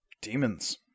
Demons